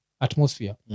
atmosphere